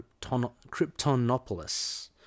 Kryptonopolis